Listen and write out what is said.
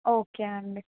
okay అండి